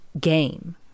game